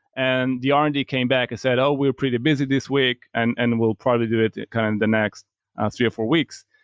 and the r and d came back and said, oh, we're pretty busy this week, and and we'll probably do it it kind in the next three or four weeks.